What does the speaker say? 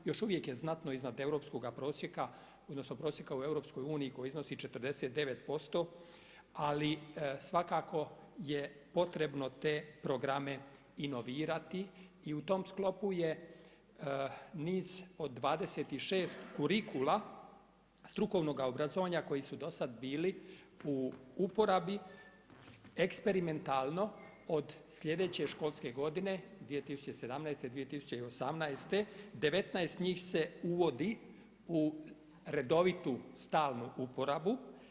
Još uvijek je znatno iznad europskoga prosjeka, odnosno prosjeka u EU, koji iznosi 49% ali svakako je potrebno te programe i novirati i u tom sklopu je niz od 26 kurikula, strukovnog obrazovanja koji su do sad bili u uporabi, eksperimentalno od sljedeće školske godine 2017. – 2018., 19 njih se uvodi u redovito stalnu uporabu.